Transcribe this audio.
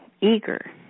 eager